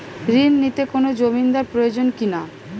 ঋণ নিতে কোনো জমিন্দার প্রয়োজন কি না?